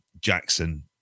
Jackson